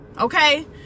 Okay